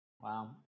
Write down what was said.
Wow